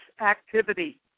activity